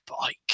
bike